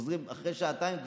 חוזרים אחרי שעתיים,